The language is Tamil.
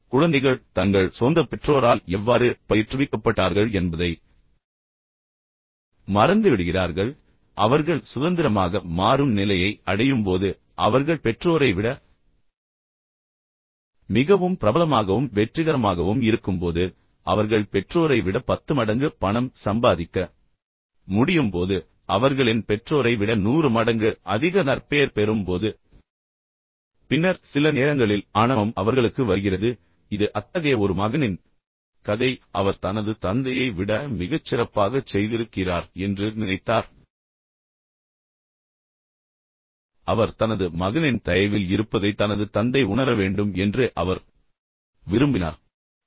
எனவே பெரும்பாலும் குழந்தைகள் தங்கள் சொந்த பெற்றோரால் எவ்வாறு பயிற்றுவிக்கப்பட்டார்கள் என்பதை மறந்துவிடுகிறார்கள் அவர்கள் சுதந்திரமாக மாறும் நிலையை அடையும் போது அவர்கள் பெற்றோரை விட மிகவும் பிரபலமாகவும் வெற்றிகரமாகவும் இருக்கும்போது அவர்கள் பெற்றோரை விட பத்து மடங்கு பணம் சம்பாதிக்க முடியும் போது அவர்களின் பெற்றோரை விட நூறு மடங்கு அதிக நற்பெயர் பெறும் போது பின்னர் சில நேரங்களில் ஆணவம் அவர்களுக்கு வருகிறது இது அத்தகைய ஒரு மகனின் கதை அவர் மிகவும் ஆணவம் கொண்டவராக மாறினார் பின்னர் அவர் தனது தந்தையை விட மிகச் சிறப்பாகச் செய்திருக்கிறார் என்று நினைத்தார் அவர் தனது மகனின் தயவில் இருப்பதை தனது தந்தை உணர வேண்டும் என்று அவர் விரும்பினார்